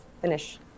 finish